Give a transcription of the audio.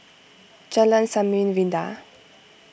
Jalan Samarinda